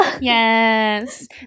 Yes